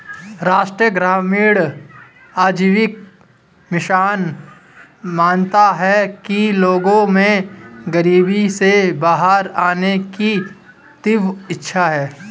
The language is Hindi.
राष्ट्रीय ग्रामीण आजीविका मिशन मानता है कि लोगों में गरीबी से बाहर आने की तीव्र इच्छा है